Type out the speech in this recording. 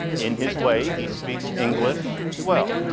in his way, he speaks english as well.